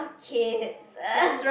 kids !ugh!